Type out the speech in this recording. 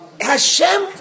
Hashem